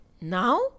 now